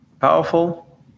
powerful